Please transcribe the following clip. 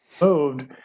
moved